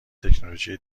تکنولوژی